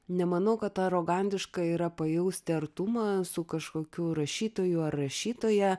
nemanau kad arogantiška yra pajausti artumą su kažkokiu rašytoju ar rašytoja